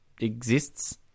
exists